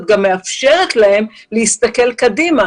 את גם מאפשרת להם להסתכל קדימה,